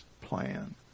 plan